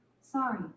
Sorry